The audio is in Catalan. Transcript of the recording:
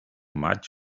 maig